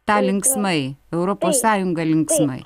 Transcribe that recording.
tą linksmai europos sąjunga linksmai